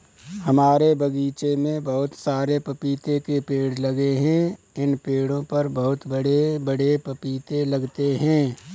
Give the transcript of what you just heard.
हमारे बगीचे में बहुत सारे पपीते के पेड़ लगे हैं इन पेड़ों पर बहुत बड़े बड़े पपीते लगते हैं